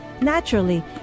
naturally